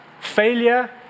failure